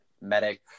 Medic